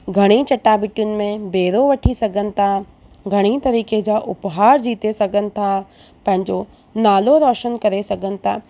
घणे ई चाटाभेटियुनि में भेरो वठी सघनि था घणई तरीक़े जा उपहार जीते सघनि था पंहिंजो नालो रोशन करे सघनि था